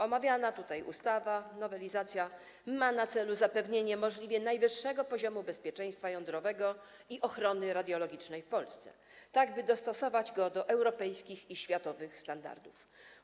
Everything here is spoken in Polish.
Omawiana nowelizacja ustawy ma na celu zapewnienie możliwie najwyższego poziomu bezpieczeństwa jądrowego i ochrony radiologicznej w Polsce, tak by dostosować ten poziom do europejskich i światowych standardów.